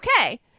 okay